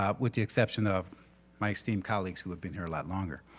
ah with the exception of my esteemed colleagues who have been here a lot longer.